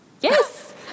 Yes